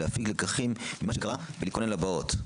להפיק לקחים ממה שקרה ולהתכונן לבאות.